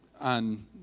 on